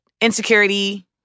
insecurity